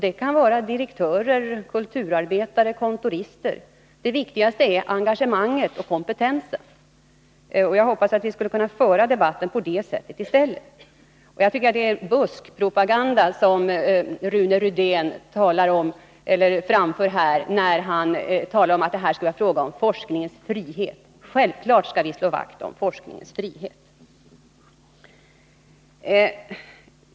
Det kan vara direktörer, kulturarbetare eller kontorister. Det viktigaste är engemanget och kompetensen. Jag hoppas att vi skall kunna föra debatten om allmänintresset på det sättet i stället. Jag tycker att det är buskpropaganda när man som Rune Rydén säger att det skulle vara en fråga om forskningens frihet; självfallet skall vi slå vakt om den.